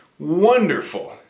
wonderful